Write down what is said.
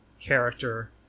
character